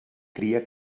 cria